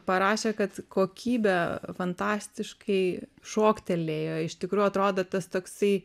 parašė kad kokybė fantastiškai šoktelėjo iš tikrųjų atrodo tas toksai